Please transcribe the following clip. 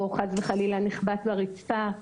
או נחבט לרצפה.